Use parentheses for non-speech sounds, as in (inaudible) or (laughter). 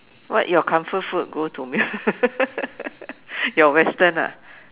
what your comfort food go to meal (laughs) your western ah